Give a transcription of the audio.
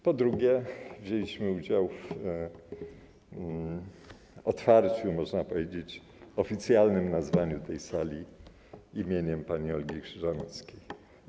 Po drugie, wzięliśmy udział w otwarciu, można powiedzieć, oficjalnym nazwaniu tej sali imieniem pani Olgi Krzyżanowskiej.